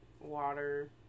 water